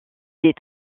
des